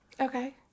Okay